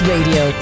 Radio